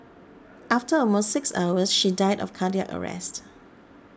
after almost six hours she died of cardiac arrest